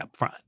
upfront